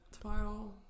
Tomorrow